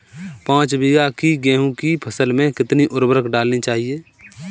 पाँच बीघा की गेहूँ की फसल में कितनी उर्वरक डालनी चाहिए?